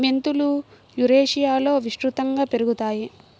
మెంతులు యురేషియాలో విస్తృతంగా పెరుగుతాయి